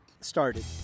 started